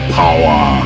power